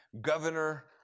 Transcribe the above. governor